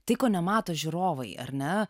tai ko nemato žiūrovai ar ne